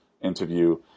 interview